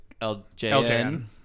LJN